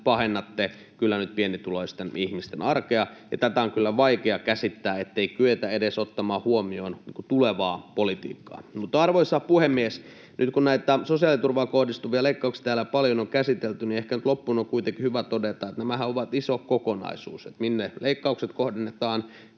pahennatte pienituloisten ihmisten arkea. Tätä on kyllä vaikea käsittää, ettei kyetä edes ottamaan huomioon tulevaa politiikkaa. Arvoisa puhemies! Nyt kun näitä sosiaaliturvaan kohdistuvia leikkauksia täällä paljon on käsitelty, niin ehkä nyt loppuun on kuitenkin hyvä todeta, että nämähän ovat iso kokonaisuus, minne leikkaukset kohdennetaan,